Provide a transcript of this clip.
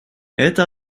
это